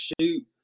shoot